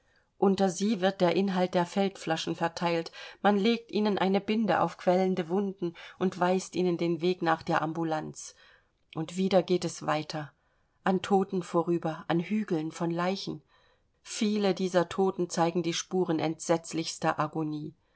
unter sie wird der inhalt der feldflaschen verteilt man legt ihnen eine binde auf quellende wunden und weist ihnen den weg nach der ambulance und wieder geht es weiter an toten vorüber an hügeln von leichen vieler dieser toten zeigen die spuren entsetzlichster agonie